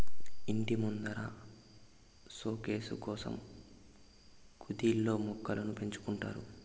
ఇంటి ముందర సోకేసు కోసం కుదిల్లో మొక్కలను పెంచుకుంటారు